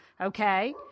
Okay